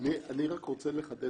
אני מבקש לחדד